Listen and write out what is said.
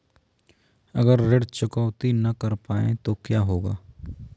अगर ऋण चुकौती न कर पाए तो क्या होगा?